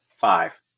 five